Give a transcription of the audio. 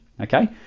okay